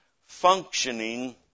functioning